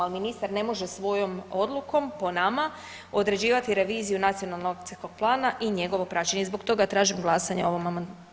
Ali ministar ne može svojom odlukom po nama određivati reviziju Nacionalnog akcijskog plana i njegovo praćenje i zbog toga tražim glasanje o ovom amandmanu.